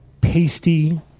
pasty